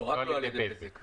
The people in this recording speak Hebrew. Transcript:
רק על ידי בזק.